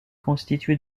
constitué